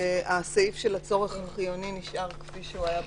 הסעיף של הצורך החיוני נשאר כפי שהוא היה בתקש"ח.